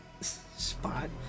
spot